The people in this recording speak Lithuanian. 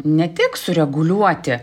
ne tik sureguliuoti